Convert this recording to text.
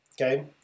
Okay